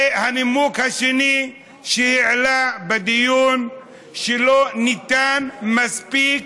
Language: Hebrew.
הנימוק השני שהעלה בדיון הוא שלא ניתן מספיק